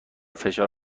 فشار